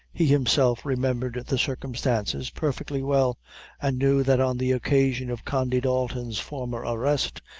he himself remembered the circumstances perfectly well, and knew that on the occasion of condy dalton's former arrest,